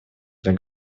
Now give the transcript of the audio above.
для